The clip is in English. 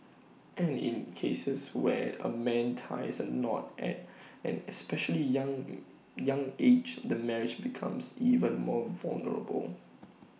and in cases where A man ties the knot at an especially young young age the marriage becomes even more vulnerable